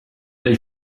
they